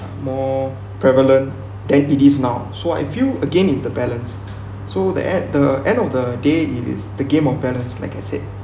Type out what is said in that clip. more prevalent than it is now so I feel again is the balance so the at the end of the day it is the game of balance like I said